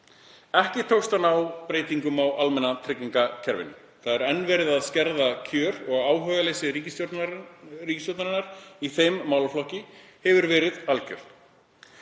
Ekki tókst að ná fram breytingum á almannatryggingakerfinu. Þar er enn verið að skerða kjör og áhugaleysi ríkisstjórnarinnar í þeim málaflokki hefur verið algjört.